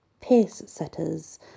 pace-setters